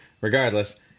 regardless